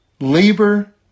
labor